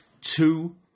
two